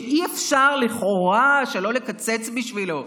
שאי-אפשר לכאורה שלא לקצץ בשבילו.